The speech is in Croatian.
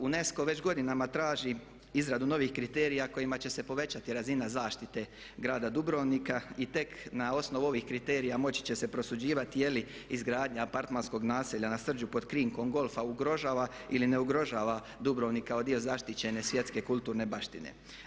UNESCO već godinama traži izradu novih kriterija kojima će se povećati razina zaštite grada Dubrovnika i tek na osnovu ovih kriterija moći će se prosuđivati je li izgradnja apartmanskog nasljeđa na Srđu pod krinkom golfa ugrožava ili ne ugrožava Dubrovnik kao dio zaštićene svjetske kulturne baštine.